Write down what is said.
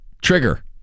Trigger